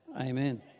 amen